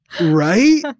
Right